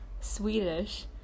swedish